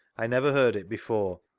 i never heard it before.